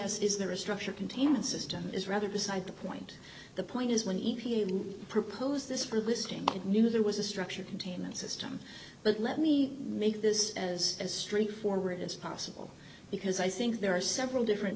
s is the restructure containment system is rather beside the point the point is when e p a proposed this for listing it knew there was a structured containment system but let me make this as as straightforward as possible because i think there are several different